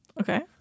Okay